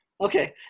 Okay